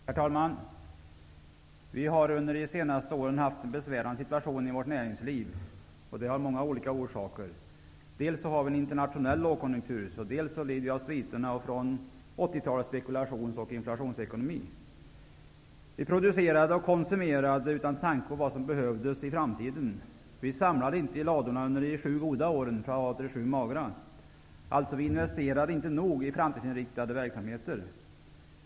Herr talman! Vi har under de senaste åren haft en besvärande situation i vårt näringsliv, och det av många olika orsaker. Dels upplever vi en internationell lågkonjunktur, dels lider vi av sviterna från 1980-talets spekulations och inflationsekonomi. Vi producerade och konsumerade utan en tanke på vad som skulle komma att behövas i framtiden. Vi samlade inte i ladorna under de sju goda åren för att spara till de sju magra åren. Vi investerade alltså inte tillräckligt i framtidsinriktade verksamheter.